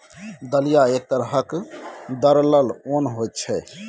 दलिया एक तरहक दरलल ओन होइ छै